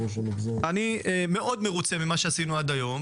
אני מאוד מרוצה ממה שעשינו עד היום,